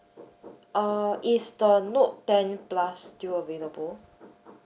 uh is the note ten plus still available